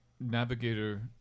navigator